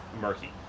murky